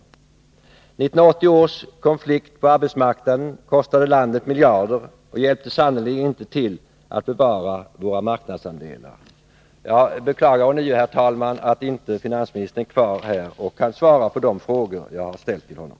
1980 års konflikt på arbetsmarknaden kostade landet miljarder och hjälpte sannerligen inte till att bevara våra marknadsandelar. Jag beklagar ånyo, herr talman, att finansministern inte är kvar här och kan svara på de frågor jag har ställt till honom.